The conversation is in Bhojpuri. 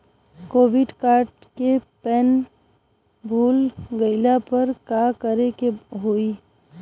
क्रेडिट कार्ड के पिन भूल गईला पर का करे के होई?